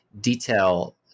detail